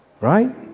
right